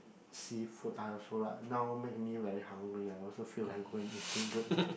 seafood I also like now make me very hungry I also feel like going eating good